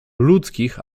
ludzkich